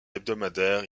hebdomadaires